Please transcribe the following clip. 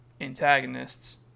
antagonists